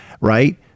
right